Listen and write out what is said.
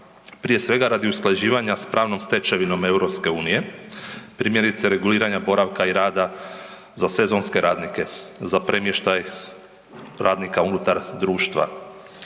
prije svega radi usklađivanja s pravnom stečevinom EU, primjerice reguliranje boravka i rada za sezonske radnike, za premještaj radnika unutar društva,